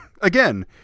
Again